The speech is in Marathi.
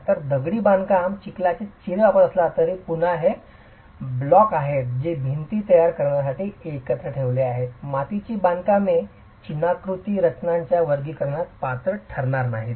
तर दगडी बांधकाम चिखलाचे चिरे वापरत असला तरी हे पुन्हा ब्लॉक आहेत जे भिंती तयार करण्यासाठी एकत्र ठेवले आहेत मातीची बांधकामे चिनाकृती रचनांच्या वर्गीकरणात पात्र ठरणार नाहीत